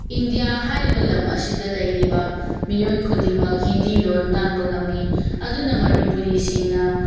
India ꯍꯥꯏꯔꯤꯕ ꯂꯝ ꯑꯁꯤꯗ ꯂꯩꯔꯤꯕ ꯃꯤꯑꯣꯏ ꯈꯨꯗꯤꯡꯃꯛ ꯍꯤꯟꯗꯤ ꯂꯣꯟ ꯉꯥꯡꯕ ꯉꯝꯃꯤ ꯑꯗꯨꯅ ꯃꯅꯤꯄꯨꯔꯤꯁꯤꯡꯅ